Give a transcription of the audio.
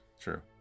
True